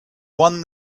one